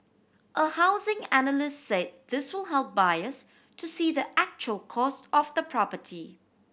a housing analyst said this will help buyers to see the actual cost of the property